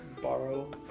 Borrow